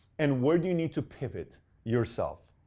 and where do you need to pivot yourself.